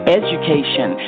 education